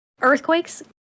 earthquakes